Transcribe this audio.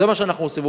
זה מה שאנחנו עושים.